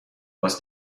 was